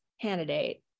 candidate